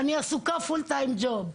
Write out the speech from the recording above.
אני עסוקה פול טיים ג'וב,